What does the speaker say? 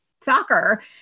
soccer